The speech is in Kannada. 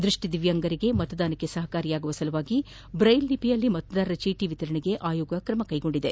ದೃಷ್ಠಿ ದಿವ್ಡಾಂಗರಿಗೆ ಮತದಾನ ಮಾಡಲು ಸಹಕಾರಿಯಾಗುವ ಸಲುವಾಗಿ ಬ್ರ್ನೆಲ್ ಲಿಪಿಯಲ್ಲಿ ಮತದಾರರ ಚೀಟ ವಿತರಣೆಗೆ ಆಯೋಗ ಕ್ರಮ ಕೈಗೊಂಡಿದೆ